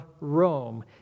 Rome